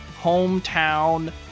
hometown